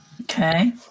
Okay